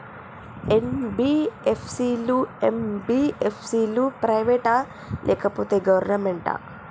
NBFC లు, MBFC లు private ఆ లేకపోతే గవర్నమెంటా?